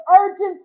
urgency